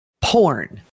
porn